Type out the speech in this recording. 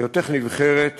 היותך נבחרת